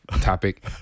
topic